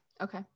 Okay